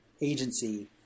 Agency